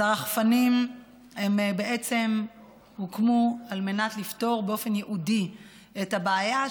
אז הרחפנים בעצם הוקמו על מנת לפתור באופן ייעודי את הבעיה,